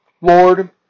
Lord